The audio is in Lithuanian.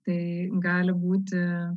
tai gali būti